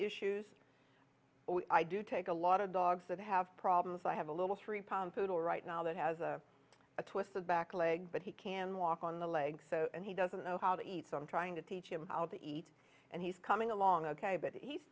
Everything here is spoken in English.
issues i do take a lot of dogs that have problems i have a little three pound food all right now that has a a twist the back leg but he can walk on the leg so and he doesn't know how to eat so i'm trying to teach him how to eat and he's coming along ok but he's